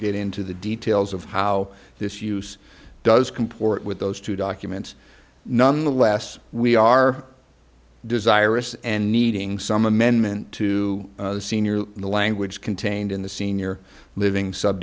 get into the details of how this use does comport with those two documents nonetheless we are desirous and needing some amendment to senior the language contained in the senior living sub